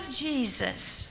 Jesus